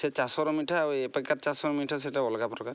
ସେ ଚାଷର ମିଠା ଆଉ ଏବେକାର୍ ଚାଷ ମିଠା ସେଟା ଅଲଗା ପ୍ରକାର